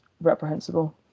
reprehensible